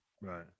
Right